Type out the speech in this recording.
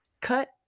cut